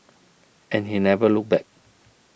and he never looked back